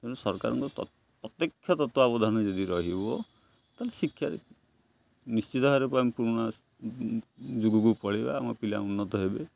ତେଣୁ ସରକାରଙ୍କ ତ ପ୍ରତ୍ୟକ୍ଷ ତତ୍ତ୍ୱାବଧାନ ଯଦି ରହିବ ତାହେଲେ ଶିକ୍ଷାରେ ନିଶ୍ଚିତ ଭାବରେ ପୁରୁଣା ଯୁଗକୁ ପଳେଇିବା ଆମ ପିଲା ଉନ୍ନତ ହେବେ